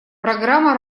программа